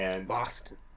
Boston